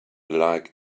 like